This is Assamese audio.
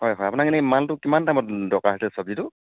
হয় হয় আপোনাক এনে মালটো কিমান টাইমত দৰকাৰ হৈছিলে চব্জিটো